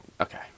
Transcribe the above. Okay